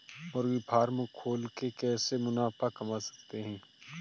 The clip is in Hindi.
मुर्गी फार्म खोल के कैसे मुनाफा कमा सकते हैं?